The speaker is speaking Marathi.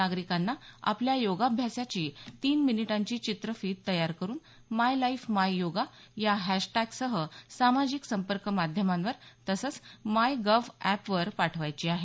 नागरिकांना आपल्या योगाभ्यासाची तीन मिनिटांची चित्रफीत तयार करून माय लाईफ माय योगा या हॅशटॅगसह सामाजिक संपर्क माध्यमावर तसंच माय गव्ह एपवर पाठवायची आहे